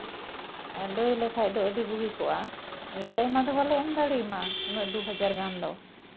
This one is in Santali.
ᱞᱟᱹᱭ ᱞᱮᱠᱷᱟᱡ ᱫᱚ ᱟᱹᱰᱤ ᱵᱩᱜᱤ ᱠᱚᱜᱼᱟ ᱟᱹᱰᱤ ᱟᱭᱢᱟ ᱫᱚ ᱵᱟᱞᱮ ᱮᱢ ᱫᱟᱲᱮᱭᱟᱢᱟ ᱩᱱᱟᱹᱜ ᱫᱩ ᱦᱟᱡᱟᱨ ᱜᱟᱱ ᱫᱚ